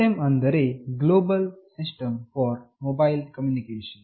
GSM ಅಂದರೆ global system for mobile communication